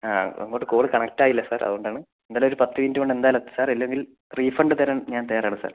ആ അങ്ങോട്ട് call connect ആയില്ല സാർ അതുകൊണ്ടാണ് എന്തായാലും ഒരു പത്ത് മിനിറ്റ് കൊണ്ട് എന്തായാലും എത്തും സാർ അല്ലെങ്കിൽ റീഫണ്ട് തരാൻ ഞാൻ തയ്യാറാണ് സാർ